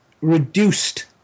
reduced